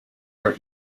art